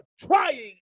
trying